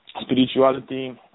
spirituality